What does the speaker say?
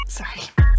Sorry